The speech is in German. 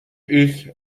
ich